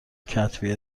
کتبی